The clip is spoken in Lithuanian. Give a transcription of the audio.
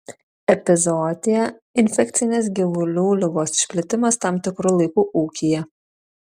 epizootija infekcinės gyvulių ligos išplitimas tam tikru laiku ūkyje